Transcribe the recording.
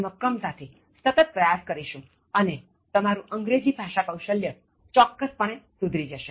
આપણે મક્કમતા થી સતત પ્રયાસ કરીશું અને તમારું અંગ્રેજી ભાષા કૌશલ્ય ચોક્કસપણે સુધરી જશે